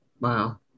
Wow